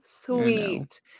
sweet